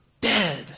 dead